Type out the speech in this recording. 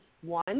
One